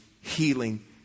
healing